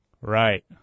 Right